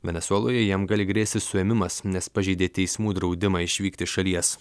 venesueloje jam gali grėsti suėmimas nes pažeidė teismų draudimą išvykti iš šalies